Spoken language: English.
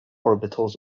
orbitals